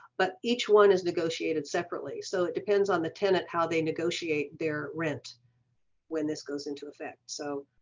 but each one is negotiated separately. so it depends on the tenant, how they negotiate their rent when this goes into effect so